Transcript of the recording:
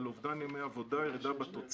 על אובדן ימי עבודה ועל התוצר.